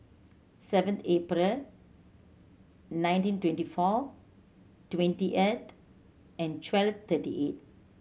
seven April nineteen twenty four twenty eight and twelve thirty eight